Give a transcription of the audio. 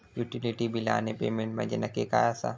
Utility बिला आणि payment म्हंजे नक्की काय आसा?